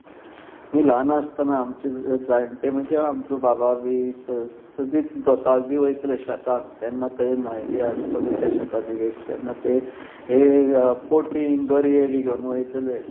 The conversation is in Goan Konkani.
मी ल्हान आसतना आमचे जाणटे म्हणजे आमचो बाबा बी सदीत जोताक बी वयतले शेतांत तेन्ना थंय न्हंय बी आसतले ते शेतांत देगेक तेन्ना ते हे पोटी गरये बी घेवन वयतले